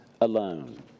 alone